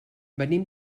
venim